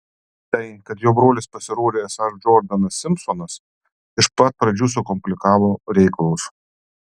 tai kad jo brolis pasirodė esąs džordanas simpsonas iš pat pradžių sukomplikavo reikalus